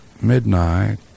midnight